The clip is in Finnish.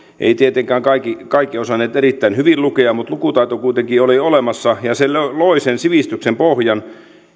eivät tietenkään kaikki kaikki osanneet erittäin hyvin lukea mutta lukutaito kuitenkin oli olemassa ja se loi sen sivistyksen pohjan